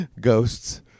Ghosts